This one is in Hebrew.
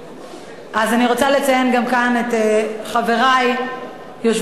אני רוצה לציין גם כאן את חברי יושבי-ראש